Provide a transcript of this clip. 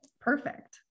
Perfect